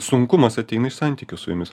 sunkumas ateina iš santykio su jomis